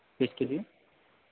किसके लिए